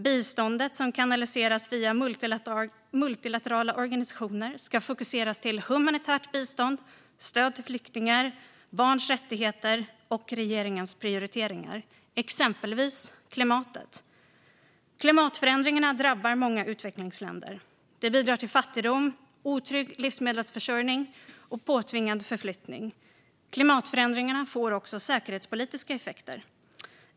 Biståndet som kanaliseras via multilaterala organisationer ska fokuseras till humanitärt bistånd, stöd till flyktingar, barns rättigheter och regeringens prioriteringar, exempelvis klimatet. Klimatförändringarna drabbar många utvecklingsländer. De bidrar till fattigdom, otrygg livsmedelsförsörjning och påtvingad förflyttning. Klimatförändringarna får också säkerhetspolitiska effekter.